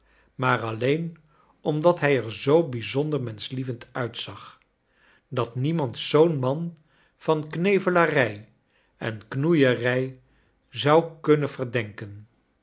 maar alleen omdat hij er zoo bijzonder menschlievend uitzag dat niemand zoo'n man van knevelarij en knoeirrj zou kunnen verdenken